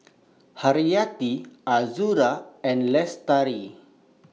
Hayati Azura and Lestari